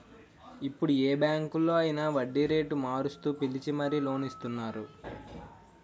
ఇప్పుడు ఏ బాంకులో అయినా వడ్డీరేటు మారుస్తూ పిలిచి మరీ లోన్ ఇస్తున్నారు